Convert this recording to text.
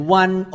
one